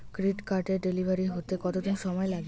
Credit কার্ডের delivery হতে কতদিন সময় লাগে?